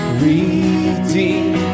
redeem